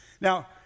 Now